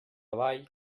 ball